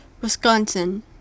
Wisconsin